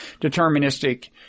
deterministic